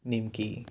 নিমকি